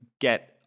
get